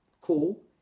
cool